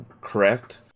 correct